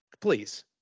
Please